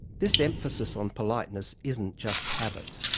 this emphasis on politeness isn't just habit.